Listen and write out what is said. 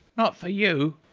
not for you.